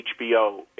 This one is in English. hbo